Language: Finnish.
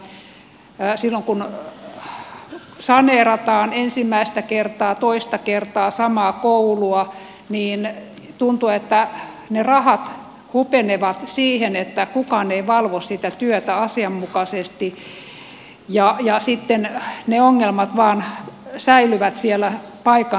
silloin kun saneerataan ensimmäistä kertaa toista kertaa samaa koulua niin tuntuu että ne rahat hupenevat siihen että kukaan ei valvo sitä työtä asianmukaisesti ja sitten ne ongelmat vain säilyvät siellä paikan päällä